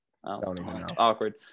awkward